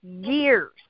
years